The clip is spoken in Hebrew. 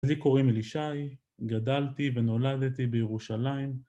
זה קוראים אלישי, גדלתי ונולדתי בירושלים.